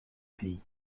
pays